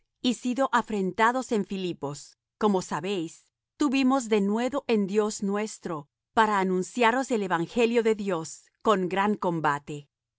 y sido afrentados en filipos como sabéis tuvimos denuedo en dios nuestro para anunciaros el evangelio de dios con gran combate